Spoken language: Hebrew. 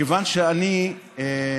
מכיוון שאני אידיאליסט,